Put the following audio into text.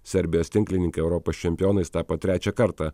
serbijos tinklininkai europos čempionais tapo trečią kartą